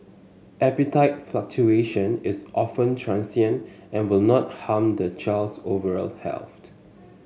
appetite fluctuation is often transient and will not harm the child's overall health